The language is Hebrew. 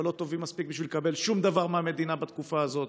לא טובים מספיק בשביל לקבל שום דבר מהמדינה בתקופה הזאת,